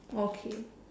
okay